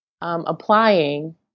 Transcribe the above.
applying